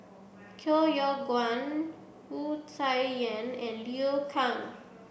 Koh Yong Guan Wu Tsai Yen and Liu Kang